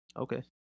Okay